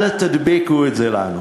אל תדביקו את זה לנו.